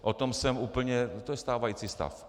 O tom jsem úplně to je stávající stav.